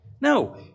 No